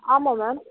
ஆமாம் மேம்